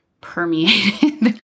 permeated